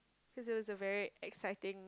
it was a very exciting